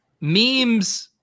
memes